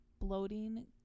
bloating